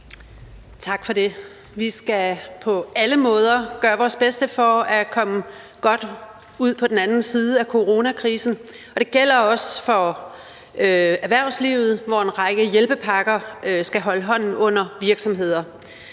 Tak for det. Vi skal på alle måder gøre vores bedste for at komme godt ud på den anden side af coronakrisen, og det gælder også for erhvervslivet, hvor en række hjælpepakker skal holde hånden under virksomheder.